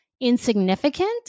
insignificant